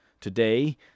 Today